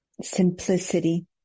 Simplicity